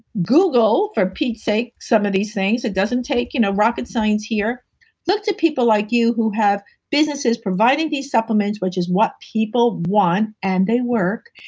google for pete's sake, some of these things. it doesn't take you know rocket science here look to people like you who have businesses providing these supplements which is what people want and they work.